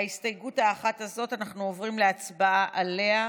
של חברי הכנסת איימן עודה, אנטאנס שחאדה,